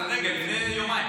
רגע, לפני יומיים?